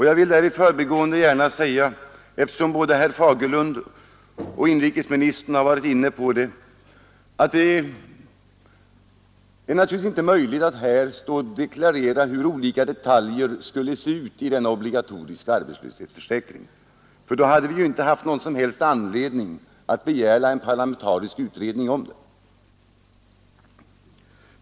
Jag vill i förbigående gärna säga, eftersom både herr Fagerlund och inrikesministern varit inne på det, att det naturligtvis inte är möjligt att här stå och deklarera hur olika detaljer skulle se ut i den obligatoriska arbetslöshetsförsäkringen. Hade det varit möjligt hade vi inte haft någon som helst anledning att begära en parlamentarisk utredning.